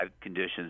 conditions